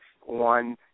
one